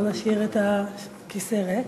לא נשאיר את הכיסא ריק.